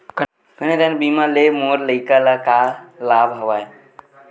कन्यादान बीमा ले मोर लइका ल का लाभ हवय?